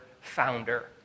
founder